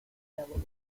delaware